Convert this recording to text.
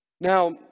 Now